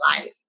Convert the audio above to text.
life